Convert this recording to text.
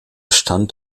stand